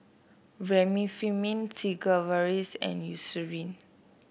Remifemin Sigvaris and Eucerin